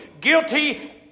Guilty